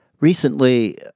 Recently